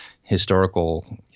historical